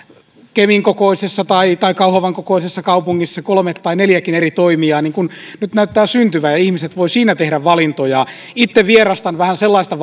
kemin kokoisessa tai tai kauhavan kokoisessa kaupungissa kolme tai neljäkin eri toimijaa niin kuin nyt näyttää syntyvän ja ihmiset voivat siinä tehdä valintoja itse vierastan vähän sellaista